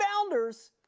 Founders